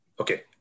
Okay